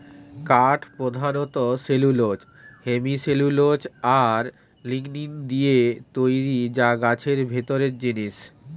কাঠ পোধানত cellulose, hemicellulose আর লিগনিন দিয়ে তৈরি যা গাছের ভিতরের জিনিস